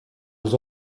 was